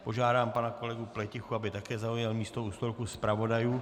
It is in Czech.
Požádám pana kolegu Pletichu, aby také zaujal místo u stolku zpravodajů.